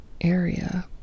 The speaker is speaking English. area